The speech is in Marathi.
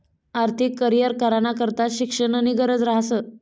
आर्थिक करीयर कराना करता शिक्षणनी गरज ह्रास